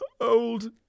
Old